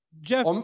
Jeff